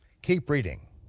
keep reading.